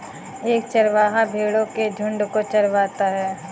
एक चरवाहा भेड़ो के झुंड को चरवाता है